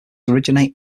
originate